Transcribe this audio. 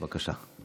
בבקשה.